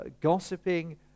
gossiping